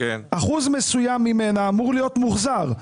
אחוז מסוים ממנה אמור להיות מוחזר,